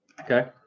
Okay